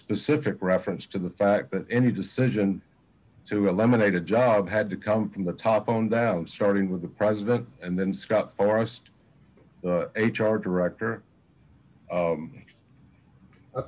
specific reference to the fact that any decision to eliminate a job had to come from the top on down starting with the president and then scott forest h r director